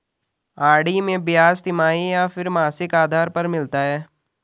RD में ब्याज तिमाही या फिर मासिक आधार पर मिलता है?